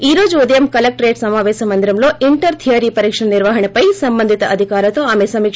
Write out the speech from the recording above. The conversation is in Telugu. ఈ రోజు ఉదయం కలెక్టరేట్ సమాపేశ మందిరంలో ఇంటర్ ధియరీ పరిక్షల నిర్వహణపై సంబంధిత అధికారులతో ఆమె సమీక